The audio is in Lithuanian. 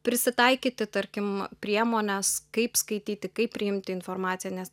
prisitaikyti tarkim priemones kaip skaityti kaip priimti informaciją nes